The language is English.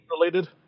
related